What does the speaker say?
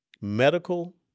medical